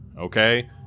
Okay